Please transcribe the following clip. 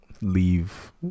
leave